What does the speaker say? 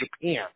Japan